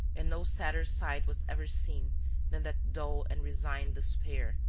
and no sadder sight was ever seen than that dull and resigned despair,